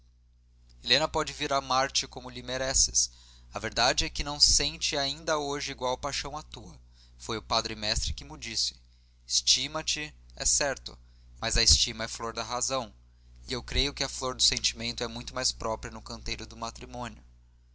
helena pode vir a amar-te como lhe mereces a verdade é que não sente ainda hoje igual paixão à tua foi o padre mestre que mo disse estima te é certo mas a estima é flor da razão e eu creio que a flor do sentimento é muito mais própria no canteiro do matrimônio